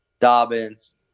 Dobbins